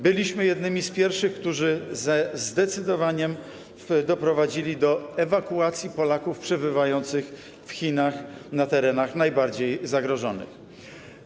Byliśmy jednymi z pierwszych, którzy ze zdecydowaniem doprowadzili do ewakuacji Polaków przebywających w Chinach, na najbardziej zagrożonych terenach.